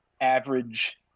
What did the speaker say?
average